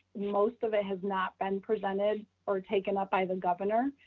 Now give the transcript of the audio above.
most of it has not been presented or taken up by the governor.